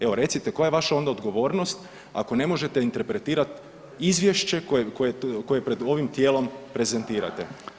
Evo recite, koja je vaša onda odgovornost ako ne možete interpretirati izvješće koje pred ovim tijelom prezentirate.